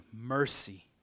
mercy